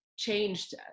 Changed